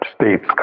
states